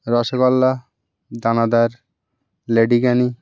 rasgulla danadar লেডিকেনি